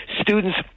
Students